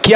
che